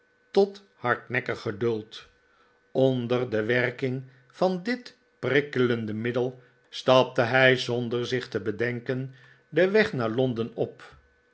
tot hardnekkig geduld onder de werking van dit prikkelehde middel stapte hij zonder zieh te bedenken den weg naar londen op